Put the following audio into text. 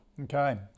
Okay